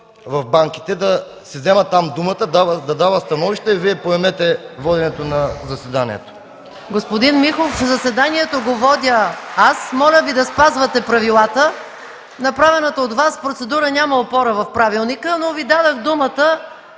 на банките, да си взема думата оттам, да дава становища и Вие поемете воденето на заседанието.